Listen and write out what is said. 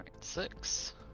six